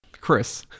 Chris